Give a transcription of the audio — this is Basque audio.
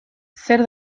zer